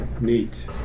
Neat